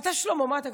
אתה שלמה, מה אתה קשור?